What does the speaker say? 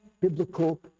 biblical